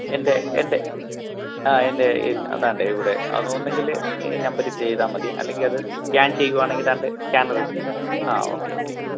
എൻ്റെ എൻ്റെ ആ എൻ്റെ ദാണ്ടെ ഇവിടെ അതൊന്നുകിൽ ഈ നമ്പറിൽ ചെയ്താൽ മതി അല്ലെങ്കിൽ അത് സ്കാൻ ചെയ്യുകയാണെങ്കിൽ ദാണ്ടേ സ്കാനർ ആ ഓക്കെ ഓക്കെ